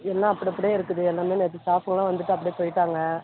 எல்லா அப்டி அப்டி இருக்குது எல்லாம் நேர்த்து ஸ்டாஃபுங்களாம் வந்துட்டு அப்டி போயிட்டாங்க